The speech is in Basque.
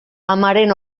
amaren